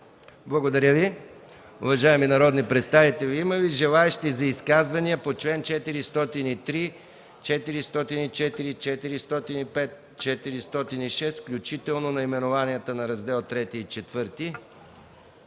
Благодаря Ви. Уважаеми народни представители, има ли желаещи за изказвания по членове 403, 404, 405 и 406, включително наименованията на Раздел ІІІ и